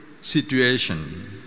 situation